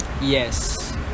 yes